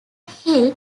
hill